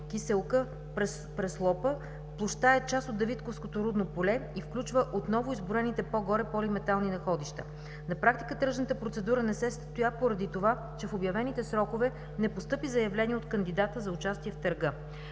„Киселка – Преслопа“. Площта е част от Давидковското рудно поле и включва отново изброените по-горе полиметални находища. На практика тръжната процедура не се състоя поради това, че в обявените срокове не постъпи заявление от кандидата за участие в търга.